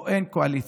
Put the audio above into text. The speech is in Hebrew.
פה אין קואליציה,